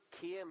came